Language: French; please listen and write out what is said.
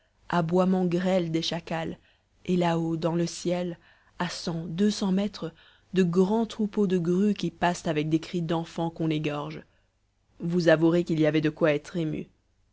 aboiements grêles des chacals et là-haut dans le ciel à cent deux cents mètres de grands troupeaux de grues qui passent avec des cris d'enfants qu'on égorge vous avouerez qu'il y avait de quoi être ému